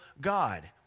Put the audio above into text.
God